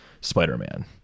Spider-Man